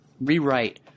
rewrite